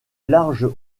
large